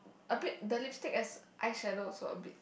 a bit the lipstick as eye shallow so a bit